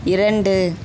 இரண்டு